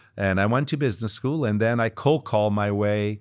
and i went to business school and then i cold-called my way